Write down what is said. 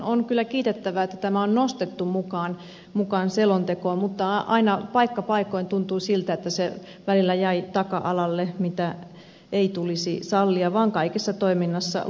on kyllä kiitettävää että tämä on nostettu mukaan selontekoon mutta aina paikka paikoin tuntuu siltä että se välillä jäi taka alalle mitä ei tulisi sallia vaan kaikessa toiminnassa on oltava luontonäkökulma